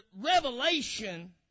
Revelation